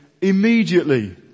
immediately